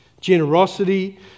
Generosity